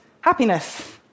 happiness